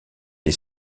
est